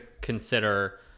consider